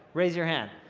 raise your hand.